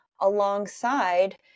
alongside